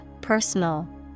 personal